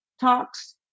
talks